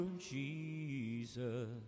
Jesus